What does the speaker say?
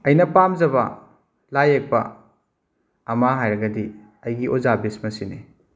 ꯑꯩꯅ ꯄꯥꯝꯖꯕ ꯂꯥꯏ ꯌꯦꯛꯄ ꯑꯃ ꯍꯥꯏꯔꯒꯗꯤ ꯑꯩꯒꯤ ꯑꯣꯖꯥ ꯕꯤꯁꯃꯁꯤꯅꯤ